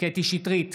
קטי קטרין שטרית,